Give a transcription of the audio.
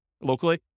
locally